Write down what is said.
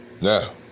Now